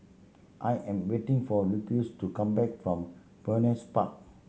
I am waiting for Lucius to come back from Phoenix Park